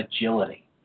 agility